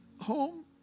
home